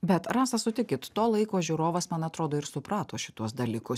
bet rasa sutikit to laiko žiūrovas man atrodo ir suprato šituos dalykus